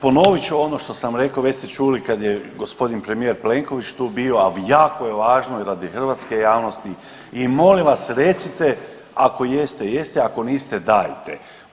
Ponovit ću ono što sam rekao, već ste čuli kad je g. premijer Plenković tu bio, a jako je važno i radi hrvatske javnosti i molim vas, recite ako jeste, jeste, ako niste, dajte.